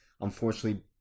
Unfortunately